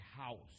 house